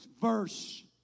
verse